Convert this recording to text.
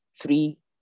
three